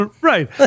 Right